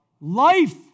life